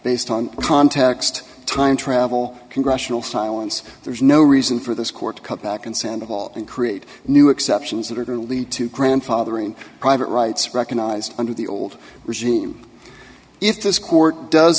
based on context time travel congressional silence there's no reason for this court to cut back and send a halt and create new exceptions that are going to lead to grandfathering private rights recognized under the old regime if this court does